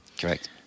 Correct